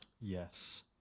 Yes